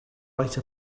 right